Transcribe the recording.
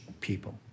people